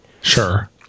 Sure